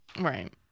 Right